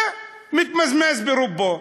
ומתמסמס ברובו.